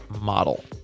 Model